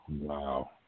Wow